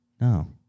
No